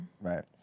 Right